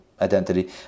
identity